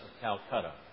Calcutta